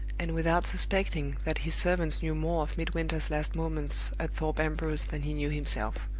and without suspecting that his servants knew more of midwinter's last moments at thorpe ambrose than he knew himself.